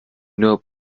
nur